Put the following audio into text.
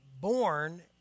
born